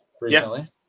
recently